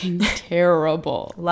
terrible